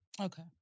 Okay